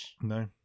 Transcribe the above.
No